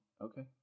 okay